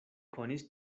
konis